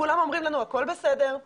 כולם אומרים לנו הכול בסדר,